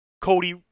Cody